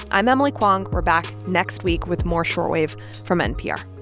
i'm emily kwong. we're back next week with more short wave from npr